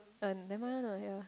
uh never mind one lah ya